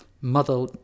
mother